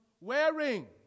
wearing